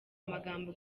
amagambo